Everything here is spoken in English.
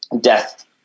death